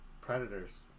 Predators